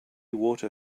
water